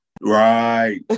Right